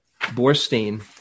Borstein